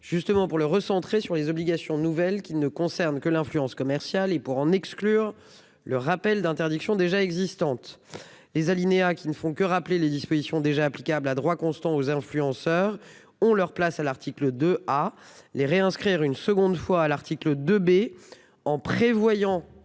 justement pour le recentrer sur les obligations nouvelles qui ne concerne que l'influence commerciale, et pour en exclure le rappel d'interdiction déjà existantes. Les alinéas qui ne font que rappeler les dispositions déjà applicable à droit constant aux influenceurs ont leur place à l'article de ah les réinscrire une seconde fois à l'article 2 B en prévoyant.